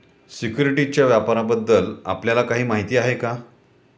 सिक्युरिटीजच्या व्यापाराबद्दल आपल्याला काही माहिती आहे का?